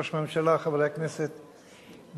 ראש הממשלה, חברי הכנסת,